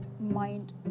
mind